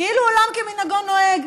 כאילו עולם כמנהגו נוהג,